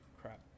Crap